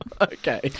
Okay